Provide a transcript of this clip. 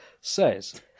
Says